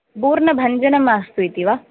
पूर्णं भञ्जनम् मास्तु इति वा